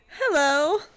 Hello